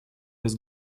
без